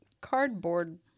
cardboard